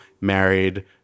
married